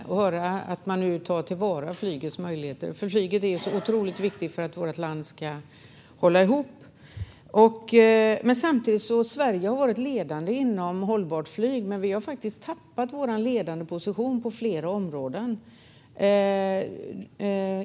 Fru talman! Det är positivt att man tar till vara flygets möjligheter, för flyget är otroligt viktigt för att vårt land ska hålla ihop. Sverige har varit ledande inom hållbart flyg men har nu tappat sin ledande position på flera områden.